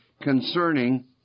concerning